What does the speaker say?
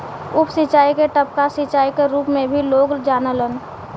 उप सिंचाई के टपका सिंचाई क रूप में भी लोग जानलन